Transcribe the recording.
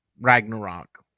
ragnarok